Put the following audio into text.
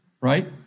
right